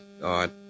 God